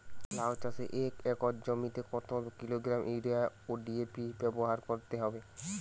লাউ চাষে এক একর জমিতে কত কিলোগ্রাম ইউরিয়া ও ডি.এ.পি ব্যবহার করতে হবে?